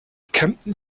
kempten